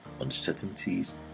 uncertainties